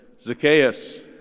Zacchaeus